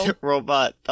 Robot